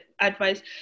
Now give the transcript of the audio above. advice